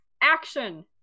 Action